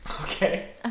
Okay